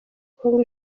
congo